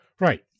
Right